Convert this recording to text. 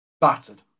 battered